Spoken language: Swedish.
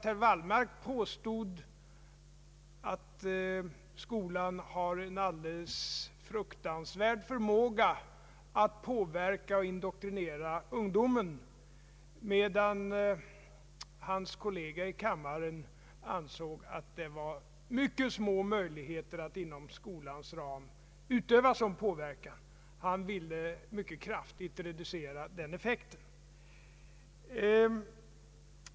Herr Wallmark påstod att skolan har en fruktansvärd förmåga att påverka och indoktrinera ungdomen, medan hans kollega i kammaren ansåg att det fanns mycket små möjligheter att inom skolans ram utöva sådan påverkan. Herr Richardson ville mycket kraftigt reducera den effekten.